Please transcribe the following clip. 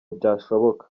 byashoboka